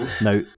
Now